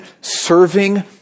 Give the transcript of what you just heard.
serving